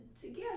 together